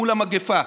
מול המגפה.